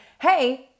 hey